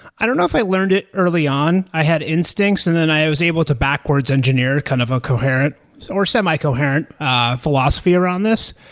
i don't know if i learned it early on. i had instincts and then i i was able to backwards engineer kind of a coherent or semi-coherent philosophy around this.